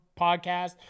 podcast